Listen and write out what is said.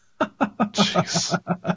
Jeez